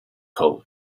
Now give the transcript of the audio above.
code